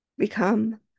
Become